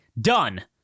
Done